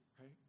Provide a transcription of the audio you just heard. Right